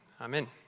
amen